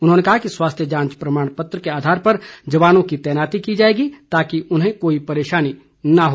उन्होंने कहा कि स्वास्थ्य जांच प्रमाण पत्र के आधार पर जवानों की तैनाती की जाएगी ताकि उन्हें कोई परेशानी न हो